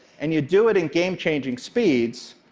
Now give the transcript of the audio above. and you do it in game-changing speeds,